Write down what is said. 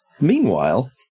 meanwhile